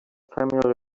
familiar